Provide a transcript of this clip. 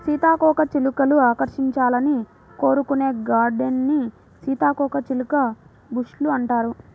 సీతాకోకచిలుకలు ఆకర్షించాలని కోరుకునే గార్డెన్స్ ని సీతాకోకచిలుక బుష్ లు అంటారు